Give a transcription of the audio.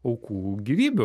aukų gyvybių